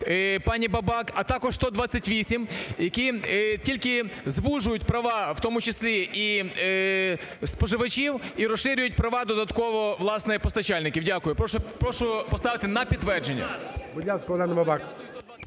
пані Бабак, а також 128, які тільки звужують права, в тому числі, і споживачів і розширюють права додатково, власне, постачальників. Дякую. Прошу поставити на підтвердження. ГОЛОВУЮЧИЙ. Будь ласка,